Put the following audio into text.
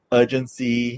urgency